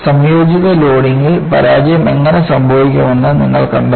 സംയോജിത ലോഡിംഗിൽ പരാജയം എങ്ങനെ സംഭവിക്കുമെന്ന് നിങ്ങൾ കണ്ടെത്തുന്നു